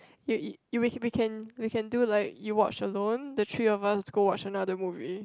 you you we can we can we can do like you watch alone the three of us go watch another movie